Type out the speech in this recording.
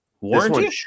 warranty